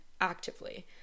actively